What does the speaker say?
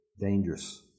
dangerous